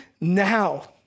now